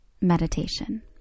meditation